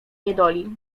niedoli